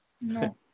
No